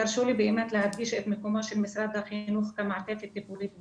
תרשו לי להדגיש את מקומו של משרד החינוך כמעטפת טיפולית ורגשית.